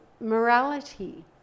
morality